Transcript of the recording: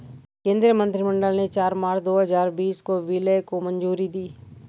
केंद्रीय मंत्रिमंडल ने चार मार्च दो हजार बीस को विलय को मंजूरी दी